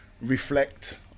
reflect